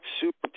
Super